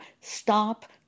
Stop